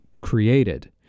created